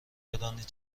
بدانید